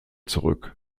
zurück